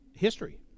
history